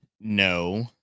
no